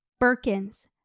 birkins